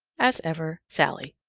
as ever, sallie.